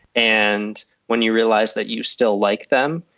and when you realize that you still like them,